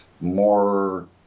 more